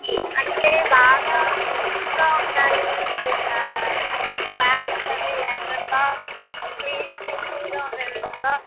అంటే బాగా కూల్గా ఉండాలి ట్రాఫిక్ అది లేకుండా పీస్ఫుల్గా ఉండేటట్లుగా